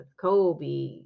Kobe